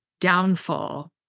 downfall